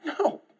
no